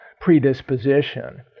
predisposition